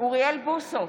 אוריאל בוסו,